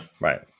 Right